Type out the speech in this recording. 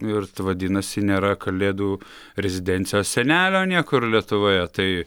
ir vadinasi nėra kalėdų rezidencijos senelio niekur lietuvoje tai